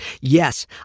Yes